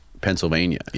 Pennsylvania